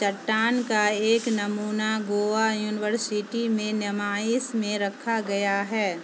چٹان کا ایک نمونہ گوا یونیورسٹی میں نمائش میں رکھا گیا ہے